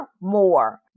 more